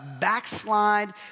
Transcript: backslide